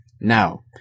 Now